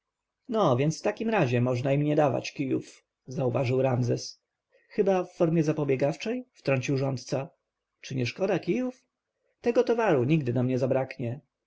więc w takim razie można im nie dawać kijów zauważył ramzes chyba w formie zapobiegawczej wtrącił rządca czy nie szkoda kijów tego towaru nigdy nam nie zabraknie